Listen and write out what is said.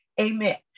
amen